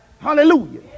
Hallelujah